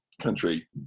country